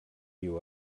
you